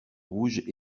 rouges